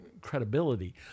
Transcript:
credibility